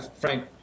Frank